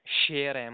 share